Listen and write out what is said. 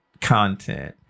content